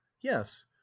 yes